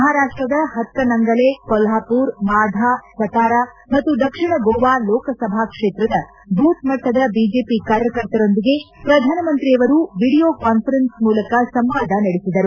ಮಹಾರಾಷ್ಟದ ಹತ್ತನಂಗಲೆ ಕೊಲ್ಲಾಪುರ್ ಮಾಧಾ ಸತಾರಾ ಮತ್ತು ದಕ್ಷಿಣ ಗೋವಾ ಲೋಕಸಭಾ ಕ್ಷೇತ್ರದ ಬೂತ್ ಮಟ್ಟದ ಬಿಜೆಪಿ ಕಾರ್ಯಕರ್ತರೊಂದಿಗೆ ಪ್ರಧಾನಮಂತ್ರಿಯವರು ವಿಡಿಯೋ ಕಾನ್ವರೆನ್ಸ್ ಮೂಲಕ ಸಂವಾದ ನಡೆಸಿದರು